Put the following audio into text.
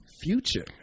future